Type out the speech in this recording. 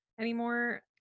anymore